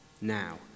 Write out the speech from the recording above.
now